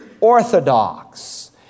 orthodox